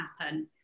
happen